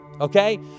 Okay